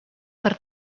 per